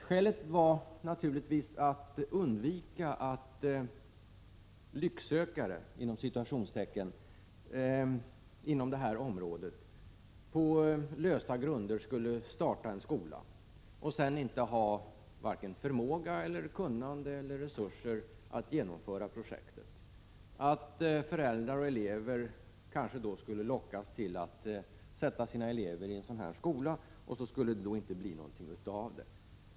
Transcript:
Skälet är naturligtvis att undvika att ”lycksökare” på detta område skulle starta en skola på lösa grunder och sedan varken ha förmåga, kunnande eller resurser att genomföra projektet. Man vill också undvika att föräldrar kanske skulle lockas till att sätta sina barn i en sådan skola och att det sedan inte skulle bli något av det.